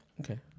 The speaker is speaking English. okay